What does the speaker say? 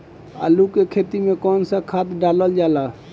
आलू के खेती में कवन सा खाद डालल जाला?